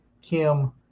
Kim